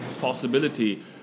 possibility